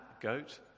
goat